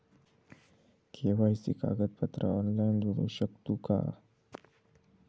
KYC कागदपत्रा online जोडू शकतू का?